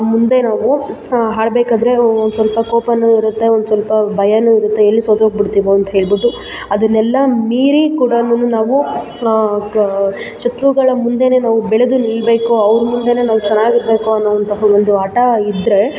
ಮುಂದೆ ನಾವು ಹಾಡಬೇಕಂದ್ರೆ ಒಂದುಸ್ವಲ್ಪ ಕೋಪನೂ ಇರುತ್ತೆ ಒಂದುಸ್ವಲ್ಪ ಭಯನೂ ಇರುತ್ತೆ ಎಲ್ಲಿ ಸೋತೋಗಿಬಿಡ್ತೀವೋ ಅಂತೇಳ್ಬಿಟ್ಟು ಅದನ್ನೆಲ್ಲ ಮೀರಿ ಕೂಡಾನು ನಾವು ಕ ಶತ್ರುಗಳ ಮುಂದೇ ನಾವು ಬೆಳೆದು ನಿಲ್ಲಬೇಕು ಅವ್ರ ಮುಂದೇ ನಾವು ಚೆನಾಗಿರ್ಬೇಕು ಅನ್ನೋವಂತಹ ಒಂದು ಹಠ